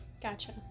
Gotcha